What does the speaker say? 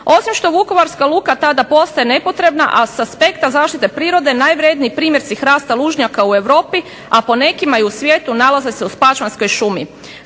osim što vukovarska luka tada postaje nepotrebna. A s aspekta zaštite prirode najvrjedniji primjerci hrasta lužnjaka u Europi, a po nekima i u svijetu nalaze se u Spačvanskoj šumi.